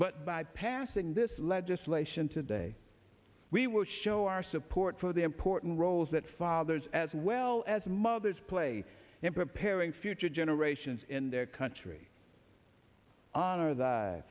but by passing this legislation today we will show our support for the important roles that fathers as well as mothers play in preparing future generations in their country honor the